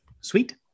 sweet